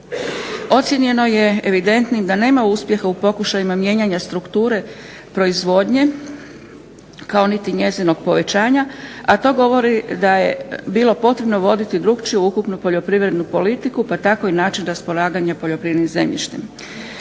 Ocijenjeno je evidentnim da nema uspjeha u pokušajima mijenjanja strukture proizvodnje kao niti njezinog povećanja, a to govori da je bilo potrebno voditi drugačije ukupnu poljoprivrednu politiku pa tako i način raspolaganja poljoprivrednim zemljištem.